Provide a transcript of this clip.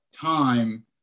time